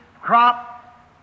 crop